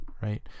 Right